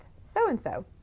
so-and-so